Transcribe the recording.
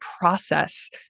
process